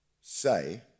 say